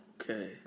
Okay